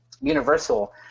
universal –